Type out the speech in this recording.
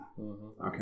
Okay